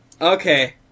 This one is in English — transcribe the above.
Okay